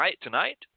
tonight